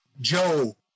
Joe